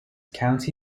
county